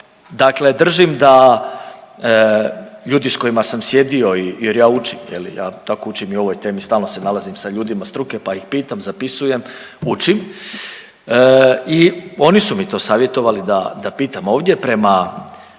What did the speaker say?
Dakle, držim da ljudi s kojima sam sjedio jer ja učim je li, tako učim i o ovim temi stalno se nalazim s ljudima struke pa ih pitam, zapisujem, učim i oni su mi to savjetovali da, da pitam ovdje. Prema